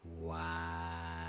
Wow